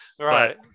right